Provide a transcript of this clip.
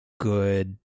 good